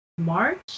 March